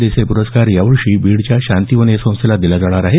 देसाई पुरस्कार या वर्षी बीडच्या शांतिवन या संस्थेला दिला जाणार आहे